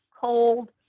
cold